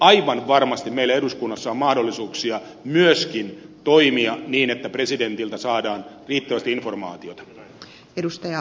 aivan varmasti meillä eduskunnassa on mahdollisuuksia myöskin toimia niin että presidentiltä saadaan riittävästi informaatiota